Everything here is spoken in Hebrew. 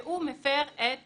שהוא מפר את